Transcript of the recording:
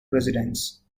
residents